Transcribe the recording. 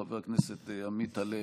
חבר הכנסת עמית הלוי,